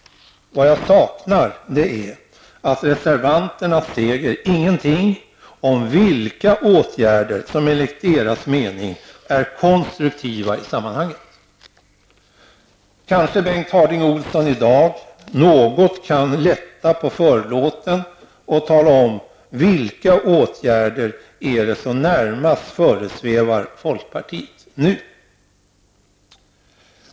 Jag finner det vara en brist att reservanterna inte säger någonting om vilka åtgärder som enligt deras mening är konstruktiva i sammanhanget. Kanske Bengt Harding Olson i dag något kan lätta på förlåten och tala om vilka åtgärder det är som närmast föresvävar folkpartiet.